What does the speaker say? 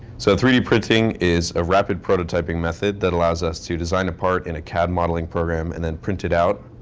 so three d printing is a rapid prototyping method that allows us to design a part in a cad modeling program and then print it out,